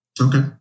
okay